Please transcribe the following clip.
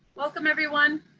welcome, everyone.